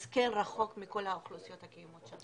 אז כן רחוק מכל האוכלוסיות הקיימות שם.